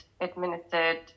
administered